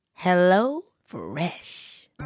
HelloFresh